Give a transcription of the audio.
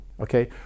Okay